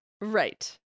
Right